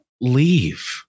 leave